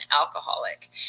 alcoholic